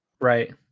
Right